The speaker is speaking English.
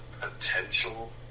potential